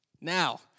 Now